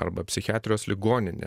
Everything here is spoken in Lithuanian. arba psichiatrijos ligoninė